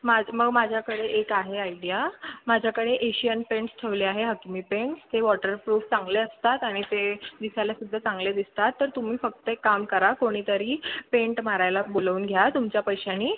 माझं मग माझ्याकडे एक आहे आयडिया माझ्याकडे एशियन पेंट्स ठेवले आहे हकमी पेंट ते वॉटरप्रूफ चांगले असतात आणि ते दिसायलासुद्धा चांगले दिसतात तर तुम्ही फक्त एक काम करा कोणीतरी पेंट मारायला बोलवून घ्या तुमच्या पैशानी